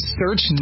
search